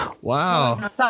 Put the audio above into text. Wow